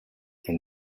and